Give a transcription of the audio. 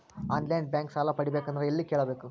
On line bank ಸಾಲ ಪಡಿಬೇಕಂದರ ಎಲ್ಲ ಕೇಳಬೇಕು?